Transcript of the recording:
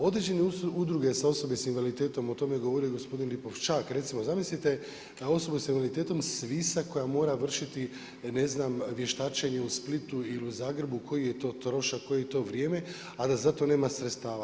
Određene udruge sa osobe s invaliditetom, o tome govori gospodin Lipošćak, recimo, zamislite da osoba s invaliditetom svisa koja mora vršiti ne znam, vještačenje u Splitu ili u Zagrebu, koji je to trošak, koje je to vrijeme, a da za to nema sredstava.